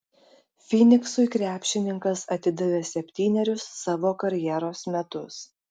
fyniksui krepšininkas atidavė septynerius savo karjeros metus